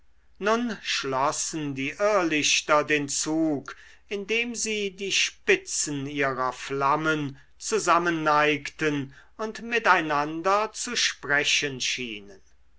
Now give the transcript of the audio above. nun schlossen die irrlichter den zug indem sie die spitzen ihrer flammen zusammenneigten und miteinander zu sprechen schienen